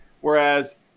Whereas